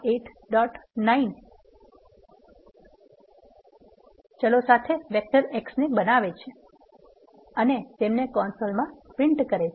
9 ચલો સાથે vector x બનાવે છે અને તેમને કન્સોલમાં છાપે છે